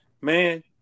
Man